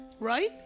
Right